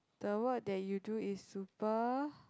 the work that you do is super